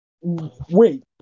Wait